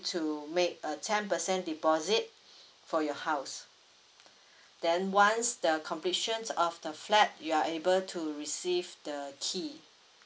to make a ten percent deposit for your house then once the completions of the flats you are able to receive the key